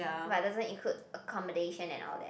but doesn't include accommodation and all that